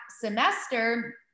semester